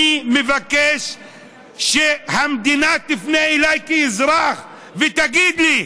אני מבקש שהמדינה תפנה אליי כאזרח ותגיד לי: